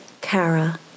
kara